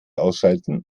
ausschalten